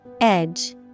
Edge